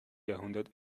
jahrhundert